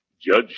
Judge